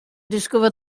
discover